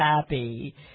happy